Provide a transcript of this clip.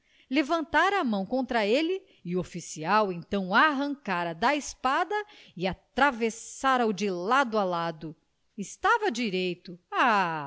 levantara a mão contra ele e o oficial então arrancara da espada e atravessara o de lado a lado estava direito ah